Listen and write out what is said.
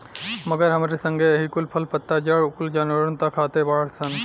मगर हमरे संगे एही कुल फल, पत्ता, जड़ कुल जानवरनो त खाते बाड़ सन